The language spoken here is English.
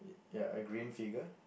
ya a green figure